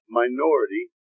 minority